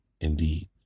indeed